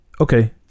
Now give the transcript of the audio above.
Okay